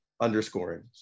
underscoring